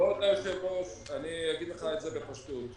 כבוד היושב ראש, אני אגיד לך בפשטות.